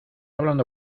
hablando